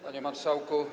Panie Marszałku!